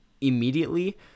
immediately